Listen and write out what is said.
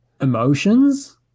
emotions